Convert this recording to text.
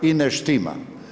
I ne štima.